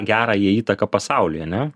gerąją įtaką pasauliui ane